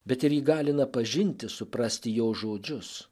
bet ir įgalina pažinti suprasti jo žodžius